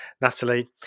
Natalie